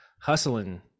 hustling